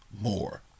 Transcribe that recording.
more